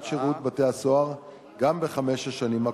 שירות בתי-הסוהר גם בחמש השנים הקרובות.